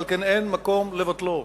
ועל כן אין מקום לבטלו.